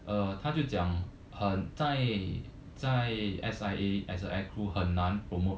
uh 他就讲很在在在 S_I_A as a air crew 很难 promote